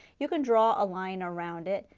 you can draw a line around it,